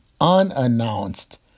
unannounced